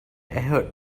ahead